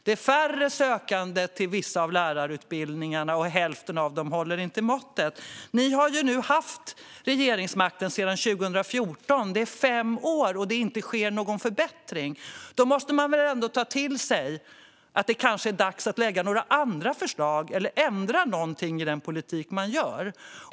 Det är färre sökande till vissa av lärarutbildningarna, och hälften av dem håller inte måttet. Ni har nu haft regeringsmakten sedan 2014 - det är fem år - och det har inte skett någon förbättring. Då måste man väl ändå ta till sig att det kanske är dags att lägga fram andra förslag eller att ändra någonting i sin politik.